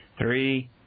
Three